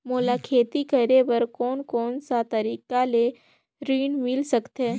मोला खेती करे बर कोन कोन सा तरीका ले ऋण मिल सकथे?